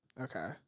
Okay